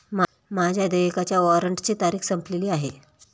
माझ्या देयकाच्या वॉरंटची तारीख संपलेली आहे